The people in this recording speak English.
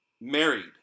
married